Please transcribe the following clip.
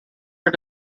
are